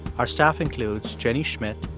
our staff includes jenny schmidt,